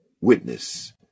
witness